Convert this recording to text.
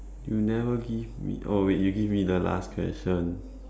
you never give me oh wait you give me the last question